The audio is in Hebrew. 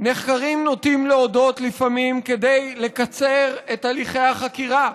לפעמים נחקרים נוטים להודות כדי לקצר את הליכי החקירה,